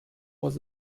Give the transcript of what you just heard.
was